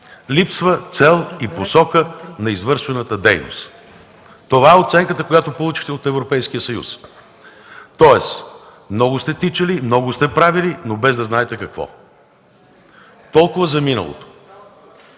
„Липсва цел и посока на извършената дейност”. Това е оценката, която получихте от Европейския съюз. Тоест много сте тичали, много сте правили, но без да знаете какво. Толкова за миналото.